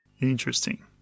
Interesting